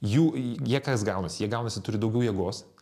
jų jie kas gaunasi jei gaunasi turi daugiau jėgos